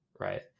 right